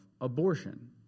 abortion